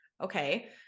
Okay